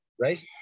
Right